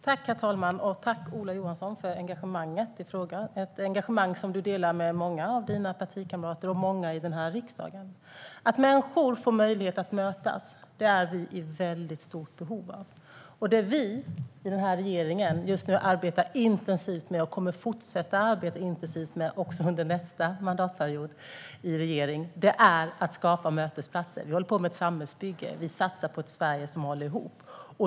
Herr talman! Tack, Ola Johansson, för engagemanget i frågan! Det är ett engagemang som du delar med många av dina partikamrater och många här i riksdagen. Att människor får möjlighet att mötas är vi i väldigt stort behov av. Det som vi i regeringen just nu arbetar intensivt med och som vi kommer att fortsätta att arbeta intensivt med också under nästa mandatperiod är att skapa mötesplatser. Vi håller på med ett samhällsbygge. Vi satsar på ett Sverige som håller ihop.